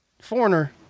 Foreigner